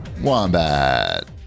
Wombat